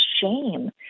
shame